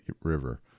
river